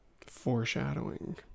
Foreshadowing